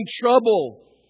trouble